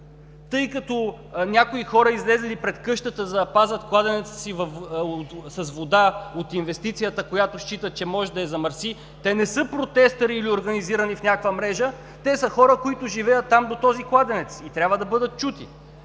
тъй като някои хора – излезли пред къщата, за да пазят кладенеца си с вода от инвестицията, която считат, че може да я замърси, те не са протестъри или организирани в някаква мрежа, а те са хора, които живеят там до този кладенец и трябва да бъдат чути.